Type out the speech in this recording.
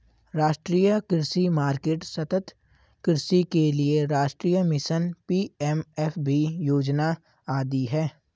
राष्ट्रीय कृषि मार्केट, सतत् कृषि के लिए राष्ट्रीय मिशन, पी.एम.एफ.बी योजना आदि है